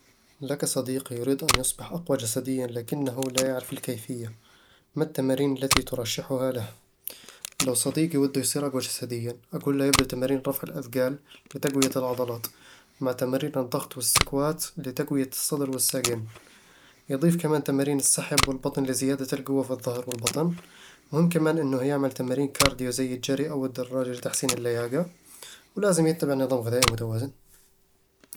لك صديق يريد أن يصبح أقوي جسديًا لكنه لا يعرف الكيفية. ما التمارين التي ترشحها له؟ لو صديقي وده يصير أقوى جسديًا، أقول له يبدأ بتمارين رفع الأثقال لتقوية العضلات، مع تمارين الضغط والسكوات لتقوية الصدر والساقين يضيف كمان تمارين السحب والبطن لزيادة القوة في الظهر والبطن مهم كمان إنه يعمل تمارين كارديو زي الجري أو الدراجة لتحسين اللياقة ولازم يتبع نظام غذائي متوازن